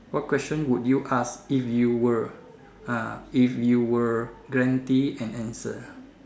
what question would you ask if you were ah if you were guaranteed an answer